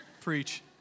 Preach